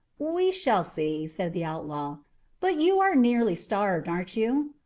we shall see, said the outlaw but you are nearly starved, aren't you?